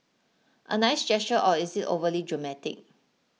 a nice gesture or is it overly dramatic